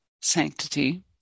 sanctity